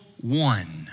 one